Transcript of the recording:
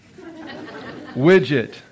Widget